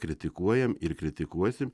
kritikuojam ir kritikuosim